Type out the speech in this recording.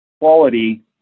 quality